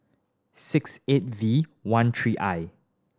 six eight V one three I